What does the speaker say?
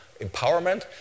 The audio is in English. empowerment